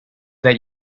that